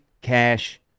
cash